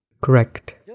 Correct